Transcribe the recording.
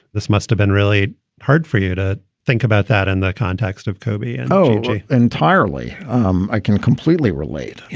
this must have been really hard for you to think about that in the context of kobe and o j. entirely um i can completely relate. you